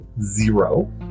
zero